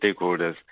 stakeholders